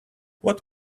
what